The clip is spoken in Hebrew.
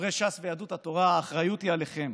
חברי ש"ס ויהדות התורה, האחריות היא עליכם.